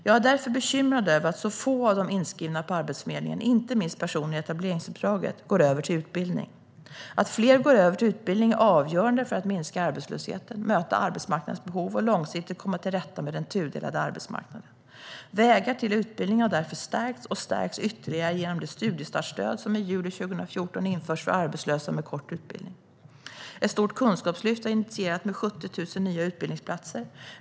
Jag är därför bekymrad över att så få av de inskrivna på Arbetsförmedlingen, inte minst personer i etableringsuppdraget, går över till utbildning. Att fler går över till utbildning är avgörande för att minska arbetslösheten, möta arbetsmarknadens behov och långsiktigt komma till rätta med den tudelade arbetsmarknaden. Vägar till utbildning har därför stärkts och kommer att stärkas ytterligare genom det studiestartsstöd som i juli 2017 införs för arbetslösa med kort utbildning. Ett stort kunskapslyft med 70 000 nya utbildningsplatser har initierats.